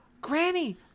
Granny